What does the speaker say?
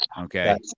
okay